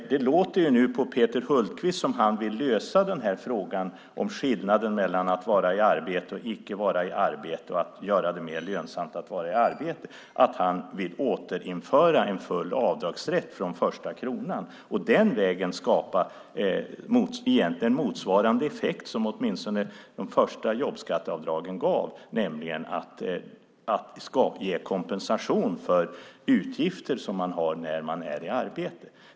Det låter på Peter Hultqvist som om han vill lösa frågan om skillnaden mellan att vara i arbete och icke vara i arbete samt att göra det mer lönsamt att vara i arbete genom att återinföra full avdragsrätt från första kronan och den vägen egentligen skapa motsvarande effekt som åtminstone de första jobbskatteavdragen gav, nämligen ge kompensation för utgifter som man har när man är i arbete.